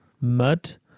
mud